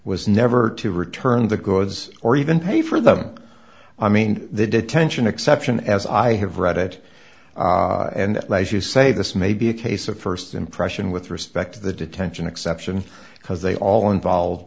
was never to return the goods or even pay for them i mean the detention exception as i have read it and as you say this may be a case of first impression with respect to the detention exception because they all involve